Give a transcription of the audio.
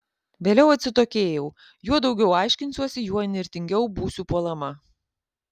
vėliau atsitokėjau juo daugiau aiškinsiuosi juo įnirtingiau būsiu puolama